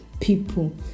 people